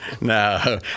No